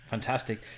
Fantastic